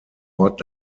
ort